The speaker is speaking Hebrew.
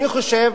אני חושב